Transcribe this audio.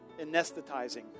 anesthetizing